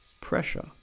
pressure